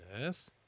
Yes